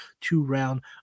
two-round